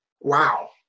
wow